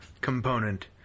component